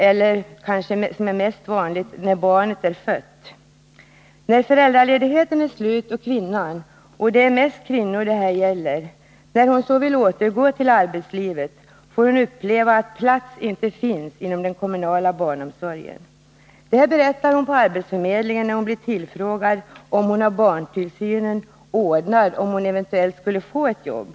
Det kanske mest vanliga är att man anmäler barnet när det är fött. När föräldraledigheten är slut och kvinnan — det är mest kvinnor det gäller — vill återgå till arbetslivet, får hon ofta uppleva att plats inte finns inom den kommunala barnomsorgen. Detta berättar hon på arbetsförmedlingen när hon blir tillfrågad om hon har barntillsyn ordnad om hon eventuellt skulle få ett jobb.